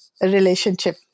relationship